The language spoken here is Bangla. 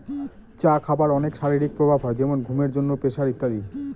চা খাবার অনেক শারীরিক প্রভাব হয় যেমন ঘুমের জন্য, প্রেসার ইত্যাদি